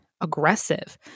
aggressive